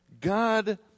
God